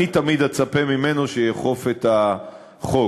אני תמיד אצפה ממנו שיאכוף את החוק.